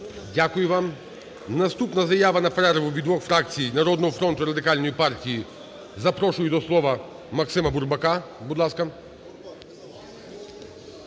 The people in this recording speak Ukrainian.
Дякую вам. Наступна заява на перерву від двох фракцій – "Народного фронту" і Радикальної партії. Запрошую до слова МаксимаБурбака. Будь ласка.